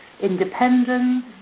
independence